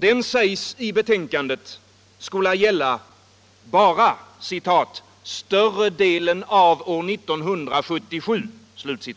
Den sägs i betänkandet skola gälla bara ”större delen av år 1977”.